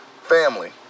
family